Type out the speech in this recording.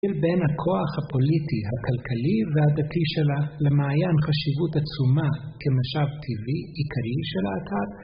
בין הכוח הפוליטי, הכלכלי והדתי שלה, למעיין חשיבות עצומה כמשב טבעי עיקרי של האתר